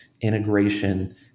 integration